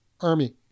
Army